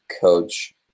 coach